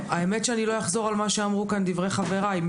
האמת שאני לא אחזור על מה שאמרו כאן דברי חבריי.